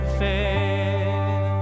fail